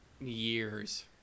years